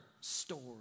story